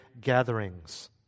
gatherings